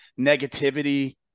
negativity